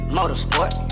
motorsport